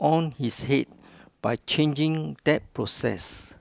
on its head by changing that process